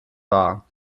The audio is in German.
war